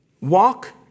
walk